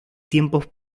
tiempos